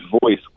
voice